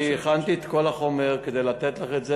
אני הכנתי את כל החומר כדי לתת לך את זה.